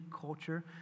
culture